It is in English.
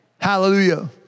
Hallelujah